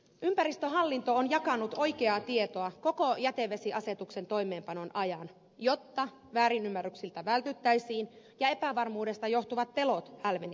ympäristöhallinto on jakanut oikeaa tietoa koko jätevesiasetuksen toimeenpanon ajan jotta väärinymmärryksiltä vältyttäisiin ja epävarmuudesta johtuvat pelot hälvenisivät